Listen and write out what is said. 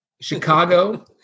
Chicago